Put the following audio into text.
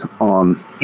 on